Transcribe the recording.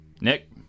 Nick